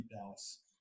Dallas